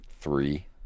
three